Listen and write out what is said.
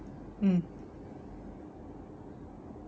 mm